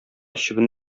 чебен